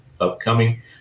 upcoming